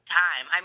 time